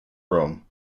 rome